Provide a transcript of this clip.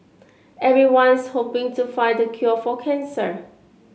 everyone's hoping to find the cure for cancer